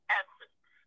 essence